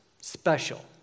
special